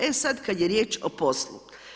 E sad kada je riječ o poslu.